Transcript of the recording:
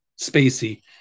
Spacey